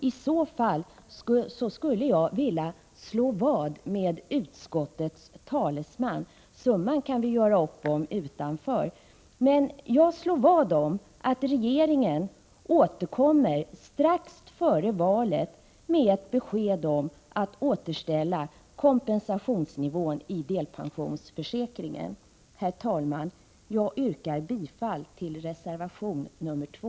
I så fall skulle jag vilja slå vad med utskottets talesman — summan kan vi göra upp om utanför — om att regeringen återkommer strax före valet med ett besked om att återställa kompensationsnivån i delpensionsförsäkringen. Herr talman! Jag yrkar bifall till reservation 2.